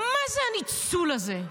מה זה הניצול הזה?